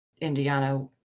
Indiana